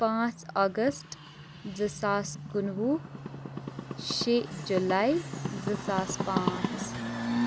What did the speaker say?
پانٛژھ اگست زٕ ساس کُنوُہ شٚے جُلائی زٕ ساس پانٛژ